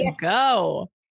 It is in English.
go